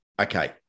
Okay